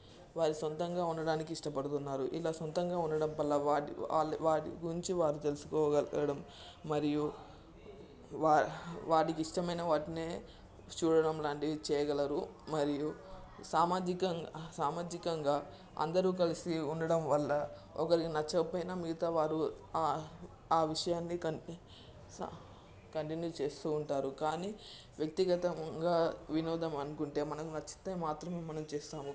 వారి సొంతంగా ఉండడానికి ఇష్టపడుతున్నారు ఇలా సొంతంగా ఉండటం వల్ల వాళ్ల వాటి గురించి వారు తెలుసుకోగలడం మరియు వా వాటికి ఇష్టమైన వాటినే చూడడం లాంటిది చేయగలరు మరియు సామాజిక సామాజికంగా అందరూ కలిసి ఉండటం వల్ల ఒకరికి నచ్చకపోయినా మిగతావారు ఆ విషయాన్ని కంటిన్యూ చేస్తూ ఉంటారు కానీ వ్యక్తిగతంగా వినోదం అనుకుంటే మనకు నచ్చితే మాత్రం మనం చేస్తాము